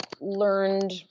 learned